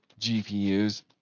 GPUs